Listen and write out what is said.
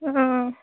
ହଁ